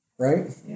right